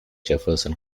jefferson